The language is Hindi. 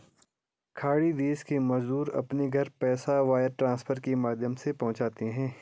खाड़ी देश के मजदूर अपने घर पैसा वायर ट्रांसफर के माध्यम से पहुंचाते है